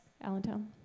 Allentown